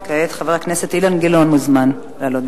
כעת חבר הכנסת אילן גילאון מוזמן לעלות.